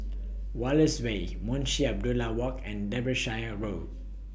Wallace Way Munshi Abdullah Walk and Derbyshire Road